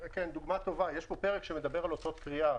יש פה פרק שמדבר על אותות קריאה.